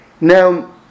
Now